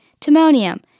Timonium